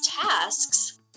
tasks